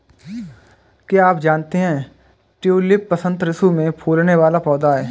क्या आप जानते है ट्यूलिप वसंत ऋतू में फूलने वाला पौधा है